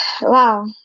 Wow